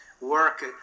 work